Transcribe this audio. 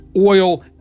oil